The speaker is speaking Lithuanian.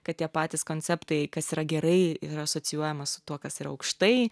kad tie patys konceptai kas yra gerai ir asocijuojama su tuo kas yra aukštai